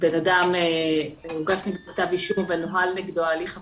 שבהם הוגש כתב אישום ונוהל נגדו הליך פלילי,